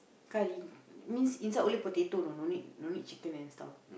curry means inside only potato know no need no need chicken and stuff